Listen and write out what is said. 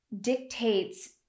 dictates